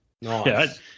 Nice